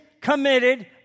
committed